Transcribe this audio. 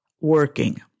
working